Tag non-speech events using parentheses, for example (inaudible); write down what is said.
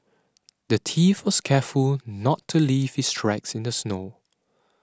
(noise) the thief was careful to not leave his tracks in the snow